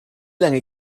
lange